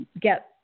Get